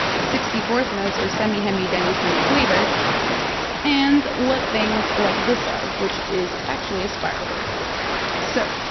sixty fourth notes or semi hemi demi semi quiver and what things like this are, which is actually a spiral array so,